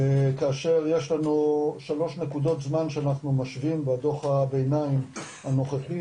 כאשר יש לנו שלוש נקודות זמן שאנחנו משווים בדוח הביניים הנוכחי,